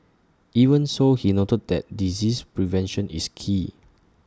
even so he noted that disease prevention is key